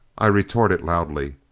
i retorted loudly,